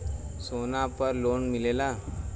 सोना पर लोन मिलेला?